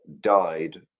died